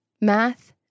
math